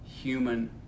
human